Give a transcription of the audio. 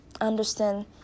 understand